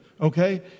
okay